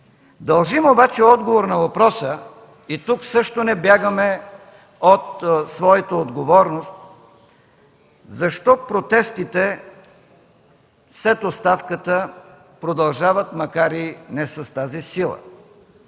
Дължим обаче отговор на въпроса, и тук също не бягаме от своята отговорност, защо протестите след оставката продължават, макар и не с тази сила?